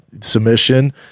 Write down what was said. submission